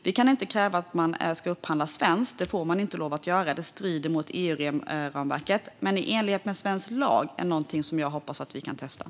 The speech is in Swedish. Vi kan inte kräva att man ska upphandla svenskt - det får man inte göra eftersom det strider mot EU-ramverket - men jag hoppas att vi kan testa att upphandling sker i enlighet med svensk lag.